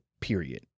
period